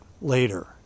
later